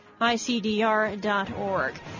ICDR.org